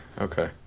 Okay